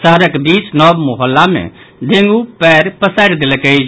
शहरक बीस नव मोहल्ला मे डेंगू पैर पसारि देलक अछि